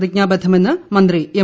പ്രതിജ്ഞാബദ്ധുമെന്ന് മന്ത്രി എം